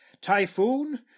Typhoon